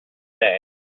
say